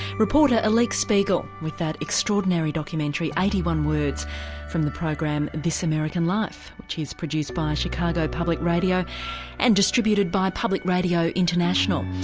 reporter alix spiegel with that extraordinary documentary one words' from the program this american life, which is produced by chicago public radio and distributed by public radio international.